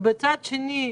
מצד שני,